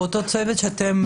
באותו צוות צריך לחשוב על זה.